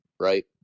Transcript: right